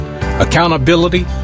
accountability